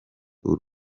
uru